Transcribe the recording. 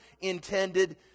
intended